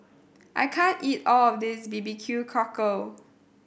I can't eat all of this B B Q Cockle